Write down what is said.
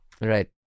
Right